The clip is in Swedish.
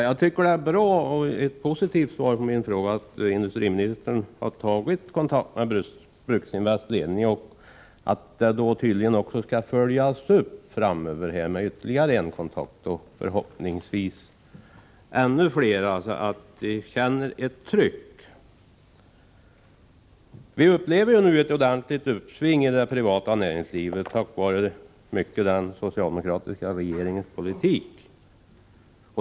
Herr talman! Det är ett positivt svar på min fråga när industriministern säger att han har tagit kontakt med Bruksinvests ledning och att det tydligen också skall följas upp framöver med ytterligare en kontakt. Förhoppningsvis blir det ännu flera kontakter, så att bolaget känner ett tryck. Vi upplever nu ett ordentligt uppsving i det privata näringslivet, mycket tack vare den socialdemokratiska regeringens politik.